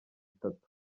itatu